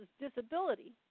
disability